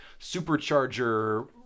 Supercharger